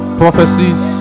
prophecies